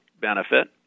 benefit